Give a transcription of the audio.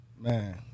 Man